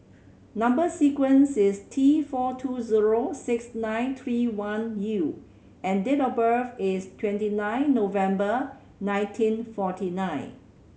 number sequence is T four two zero six nine three one U and date of birth is twenty nine November nineteen forty nine